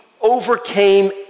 overcame